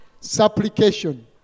supplication